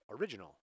original